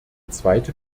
zweite